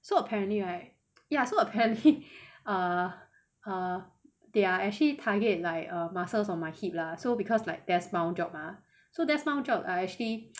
so apparently right ya so apparently err err there are actually target like muscles on my hip lah so because like desk bound job mah so desk bound job I actually